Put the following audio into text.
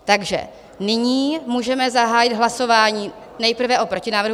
Takže nyní můžeme zahájit hlasování nejprve o protinávrhu.